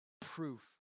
proof